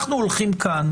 אנחנו הולכים כאן